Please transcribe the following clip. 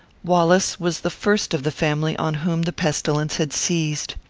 wallace was the first of the family on whom the pestilence had seized.